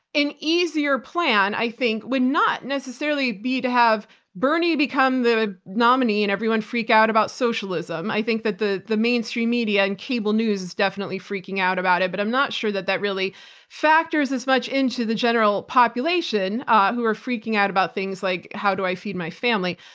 an easier plan i think would not necessarily be to have bernie become the nominee and everyone freak out about socialism. i think that the the mainstream media and cable news is definitely freaking out about it, but i'm not sure that that really factors as much into the general population who are freaking out about things like how do i feed my family?